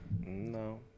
No